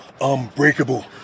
unbreakable